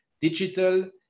digital